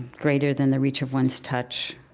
greater than the reach of one's touch.